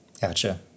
Gotcha